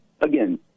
again